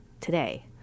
today